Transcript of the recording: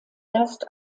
erst